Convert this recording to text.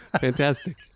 fantastic